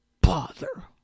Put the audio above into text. Bother